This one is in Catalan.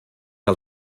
que